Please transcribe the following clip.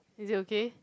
is it okay